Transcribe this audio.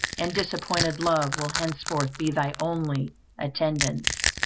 and disappointed love will henceforth be thy only attendants.